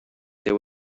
there